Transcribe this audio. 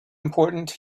important